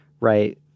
right